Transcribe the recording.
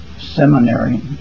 seminary